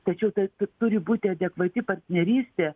tačiau tai turi būti adekvati partnerystė